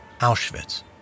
Auschwitz